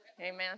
Amen